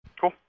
Cool